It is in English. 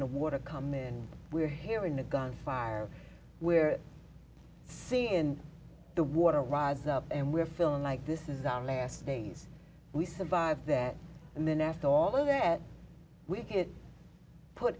the water come in we're hearing the gunfire we're seeing in the water rise up and we're feeling like this is our last days we survived that and then after all of that we get put